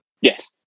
Yes